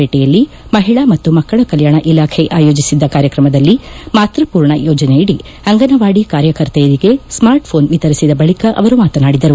ಪೇಟೆಯಲ್ಲಿ ಮಹಿಳಾ ಮತ್ತು ಮಕ್ಕಳ ಕಲ್ಲಾಣಿ ಇಲಾಖೆ ಆಯೋಜಿಸಿದ್ದ ಕಾರ್ಯಕ್ರಮದಲ್ಲಿ ಮಾತೃಪೂರ್ಣ ಯೋಜನೆಯಡಿ ಅಂಗನವಾಡಿ ಕಾರ್ಯಕರ್ತೆಯರಿಗೆ ಸ್ನಾರ್ಟ್ ಪೋನ್ ಎತರಿಸಿದ ಬಳಿಕ ಅವರು ಮಾತನಾಡಿದರು